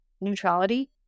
neutrality